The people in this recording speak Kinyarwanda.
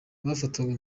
bafatwaga